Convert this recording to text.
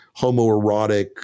homoerotic